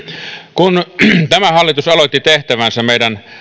kun tämä hallitus aloitti tehtävänsä meidän